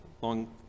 long